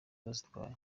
bazitwaye